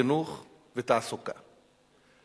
חינוך ותעסוקה.